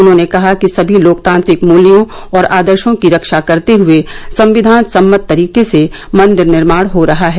उन्होंने कहा कि सभी लोकतांत्रिक मूल्यों और आदर्शो की रक्षा करते हुए संक्षिान सम्मत तरीके से मंदिर निर्माण हो रहा है